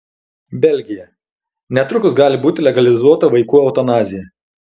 belgija netrukus gali būti legalizuota vaikų eutanazija